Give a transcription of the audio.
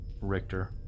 Richter